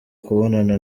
kubonana